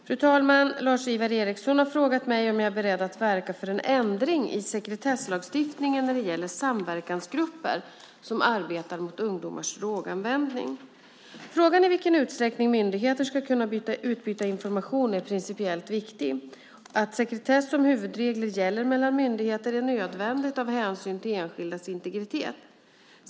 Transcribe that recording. Fru talman! Lars-Ivar Ericson har frågat mig om jag är beredd att verka för en ändring i sekretesslagstiftningen när det gäller samverkansgrupper som arbetar mot ungdomars droganvändning. Frågan om i vilken utsträckning myndigheter ska kunna utbyta information är principiellt viktig. Att sekretess som huvudregel gäller mellan myndigheter är nödvändigt av hänsyn till enskildas integritet.